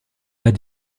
pas